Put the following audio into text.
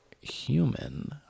human